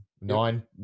Nine